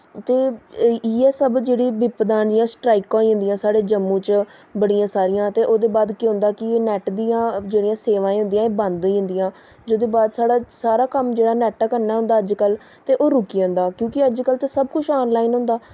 ते इ'यै सब जेह्डी बिपता न जेह्ड़ी स्ट्राइकां होई जंदिया साढ़े जम्मू च बड़ियां सारियां ते ओह्दे बाद केह् होंदा कि नैट्ट दी जेह्डि़यां सेवाएं होंदिया ओह् बंद होई जंदियां जेह्दे बाद साढ़ा सारा कम्म जेह्डा नैट्टै कन्नै अजकल्ल ओह् रुकी जंदा क्योंकि अजकल्ल ते सब कुछ आनलाइन होंदा